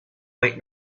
might